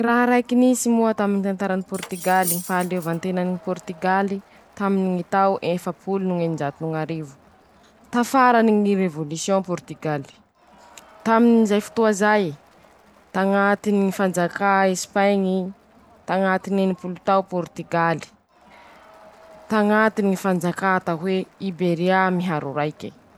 Raha raiky nisy moa taminy tantarany Pôritigaly: ñy fahaleovantenany ñy Pôritigaly taminy ñy tao efapolo no eninjato no ñ'arivo, tafarany ñy revôlisiôn Pôritigaly, tamin'izay fotoa zay, tañatiny ñy fanjakà Esipaiñy tañatiny enimpolo tao Pôritigaly, tañatiny ñy fanjakà atao hoe Iberiaa miharo raiky.